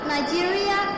Nigeria